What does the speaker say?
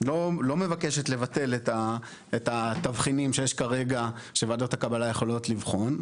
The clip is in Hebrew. לא מבקשת לבטל את התבחינים שיש כרגע שוועדות הקבלה יכולות לבחון.